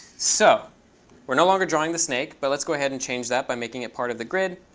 so we're no longer drawing the snake, but let's go ahead and change that by making it part of the grid.